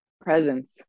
Presence